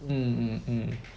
mm mm mm